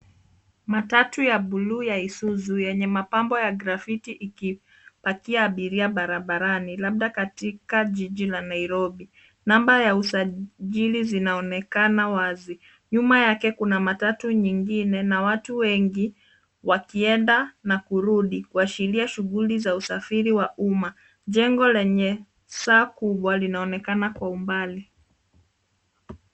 Matatu ya buluu ya Isuzu yenye mapambo ya grafitti ikipakia abiria barabarani, labda katika jiji la Nairobi. Namba ya usajili zinaonekana wazi. Nyuma yake kuna matatu nyingine na watu wengi wakienda na kurudi kuashiria shughuli za usafiri wa umma. Jengo lenye saa kubwa linaonekana kwa umbali.